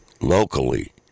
locally